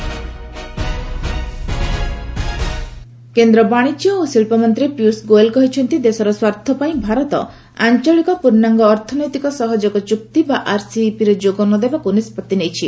ପୀୟୁଷ ଗୋୟଲ୍ କେନ୍ଦ୍ର ବାଣିଜ୍ୟ ଓ ଶିଳ୍ପ ମନ୍ତ୍ରୀ ପୀୟଷ୍ ଗୋୟଲ୍ କହିଛନ୍ତି ଦେଶର ସ୍ୱାର୍ଥପାଇଁ ଭାରତ ଆଞ୍ଚଳିକ ପର୍ଷ୍ଣାଙ୍ଗ ଅର୍ଥନୈତିକ ସହଯୋଗ ଚୃକ୍ତି ବା ଆର୍ସିଇପିରେ ଯୋଗ ନ ଦେବାକୃ ନିଷ୍ପଭି ନେଇଛି